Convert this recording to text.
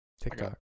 TikTok